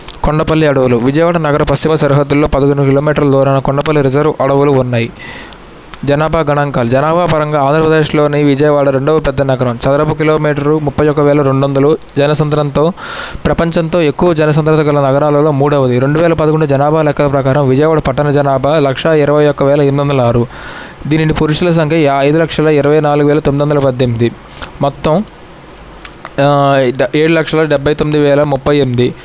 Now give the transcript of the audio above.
కొండపల్లి అడవులు విజయవాడ నగర పశ్చిమ సరిహద్దుల్లో పదకొండు కిలోమీటర్ల దూరాన కొండపల్లి రిజర్వ్ అడవులు ఉన్నాయి జనాభా గణాంకాలు జనాభా పరంగా ఆంధ్రప్రదేశ్లోని విజయవాడ రెండో పెద్ద నగరం చదరపు కిలోమీటర్లు ముప్పై ఒక వేల రెండు వందలు జనసంద్రంతో ప్రపంచంతో ఎక్కువ జన సంద్రత గల నగరాలలో మూడవది రెండు వేల పదకొండు జనాభా లెక్కల ప్రకారం విజయవాడ పట్టణ జనాభా లక్ష ఇరవై ఒక్క వేల ఎనిమిది వందల ఆరు దీనిని పురుషుల సంఖ్య యా ఐదు లక్షల ఇరవై నాలుగు వేల తొమ్మిది వందల పద్దెనిమిది మొత్తం డె ఏడు లక్షల డెబ్బై తొమ్మిది వేల ముప్పై ఎనిమిది